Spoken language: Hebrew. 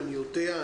אני יודע.